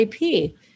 IP